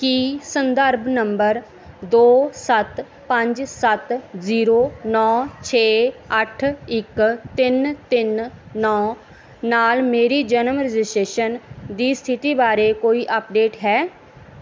ਕੀ ਸੰਦਰਭ ਨੰਬਰ ਦੋ ਸੱਤ ਪੰਜ ਸੱਤ ਜ਼ੀਰੋ ਨੌਂ ਛੇ ਅੱਠ ਇੱਕ ਤਿੰਨ ਤਿੰਨ ਨੌਂ ਨਾਲ ਮੇਰੀ ਜਨਮ ਰਜਿਸਟ੍ਰੇਸ਼ਨ ਦੀ ਸਥਿਤੀ ਬਾਰੇ ਕੋਈ ਅਪਡੇਟ ਹੈ